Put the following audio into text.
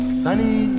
sunny